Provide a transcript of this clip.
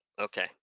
okay